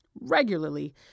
regularly